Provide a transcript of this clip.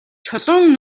чулуун